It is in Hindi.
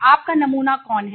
आपका नमूना कौन है